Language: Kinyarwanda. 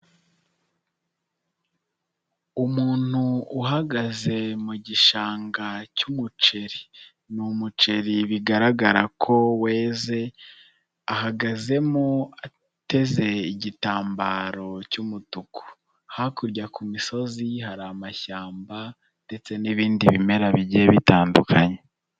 Umuntu uhagaze mu gishanga cy'umuceri, ni umuceri bigaragara ko weze ahagazemo ateze igitambaro cy'umutuku, hakurya ku misozi hari amashyamba ndetse n'ibindi bimera bigiye bitandukanye.